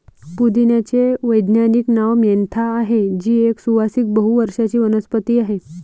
पुदिन्याचे वैज्ञानिक नाव मेंथा आहे, जी एक सुवासिक बहु वर्षाची वनस्पती आहे